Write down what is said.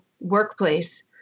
workplace